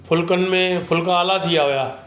फुल्कनि में फुल्का आला थी विया हुआ